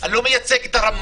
אני לא מייצג את הרמאים.